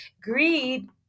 greed